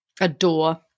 adore